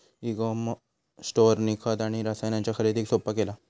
E com स्टोअरनी खत आणि रसायनांच्या खरेदीक सोप्पा केला